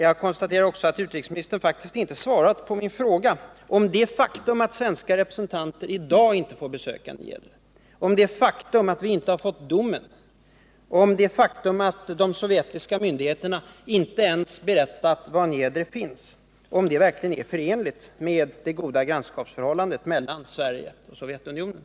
Jag konstaterar också att utrikesministern faktiskt inte svarade på min fråga om det faktum att svenska representanter i dag inte får besöka Niedre, att vi ännu inte har fått domen och att de sovjetiska myndigheterna inte ens berättat var Niedre finns verkligen är förenligt med det goda grannskapsförhållandet mellan Sverige och Sovjetunionen.